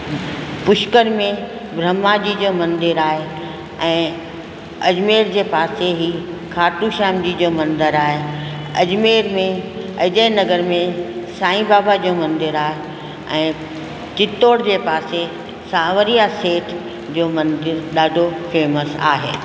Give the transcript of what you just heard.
पुष्कर में ब्रह्माजी जो मंदरु आहे ऐं अजमेर जे पासे ही खाटूश्याम जी जो मंदरु आहे अजमेर में अजय नगर में साई बाबा जो मंदरु आहे ऐं चित्तौड़ जे पासे सावरियां सेठ जो मंदरु ॾाढो फेमस आहे